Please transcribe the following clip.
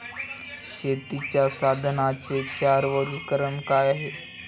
शेतीच्या साधनांचे चार वर्गीकरण काय आहे?